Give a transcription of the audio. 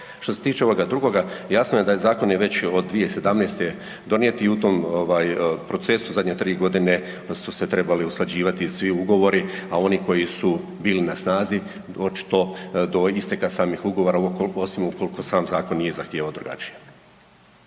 Što se tiče ovoga drugoga, jasno je da je zakon već od 2017. donijet i u tom procesu zadnje tri godine su se trebali usklađivati svi ugovori, a oni koji su bili na snazi očito do isteka samih ugovora osim ukoliko sam zakon nije zahtijevao drugačije.